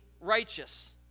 righteous